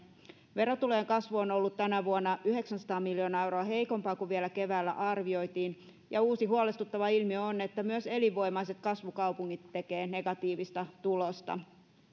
verotulojen kasvu on on ollut tänä vuonna yhdeksänsataa miljoonaa euroa heikompaa kuin vielä keväällä arvioitiin ja uusi huolestuttava ilmiö on että myös elinvoimaiset kasvukaupungit tekevät negatiivista tulosta